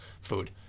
food